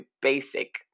basic